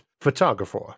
Photographer